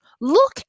look